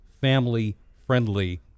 family-friendly